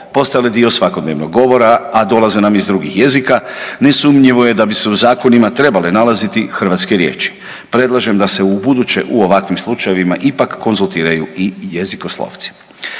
postale dio svakodnevnog govora, a dolaze nam iz drugih jezika, nesumnjivo je da bi se u zakonima trebale nalaziti hrvatske riječi. Predlažem da se ubuduće u ovakvim slučajevima ipak konzultiraju i jezikoslovci.